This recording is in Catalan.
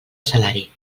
salari